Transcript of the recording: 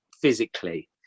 physically